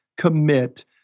commit